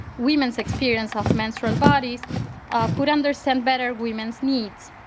women's experience of menstrual bodies could understand better women's needs.